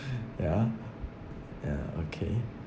yeah ya okay